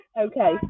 Okay